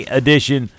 edition